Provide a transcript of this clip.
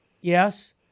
Yes